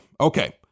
Okay